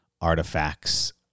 artifacts